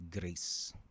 grace